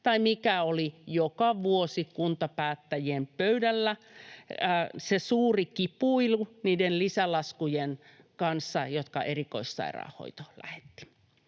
tai mikä oli joka vuosi kuntapäättäjien pöydällä se suuri kipuilu niiden lisälaskujen kanssa, jotka erikoissairaanhoito lähetti.